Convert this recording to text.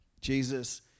Jesus